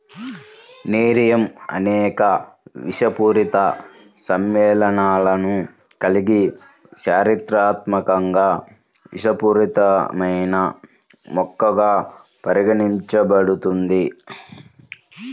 nerium అనేక విషపూరిత సమ్మేళనాలను కలిగి చారిత్రాత్మకంగా విషపూరితమైన మొక్కగా పరిగణించబడుతుంది